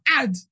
add